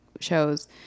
shows